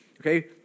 okay